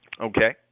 Okay